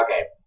okay